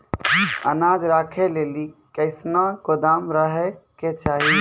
अनाज राखै लेली कैसनौ गोदाम रहै के चाही?